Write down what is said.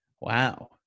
Wow